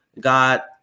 got